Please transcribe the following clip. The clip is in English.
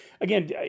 Again